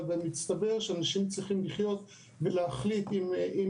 אבל מסתבר שאנשים צריכים לחיות ולהחליט אם הם